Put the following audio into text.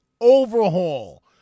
overhaul